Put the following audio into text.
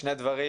שני דברים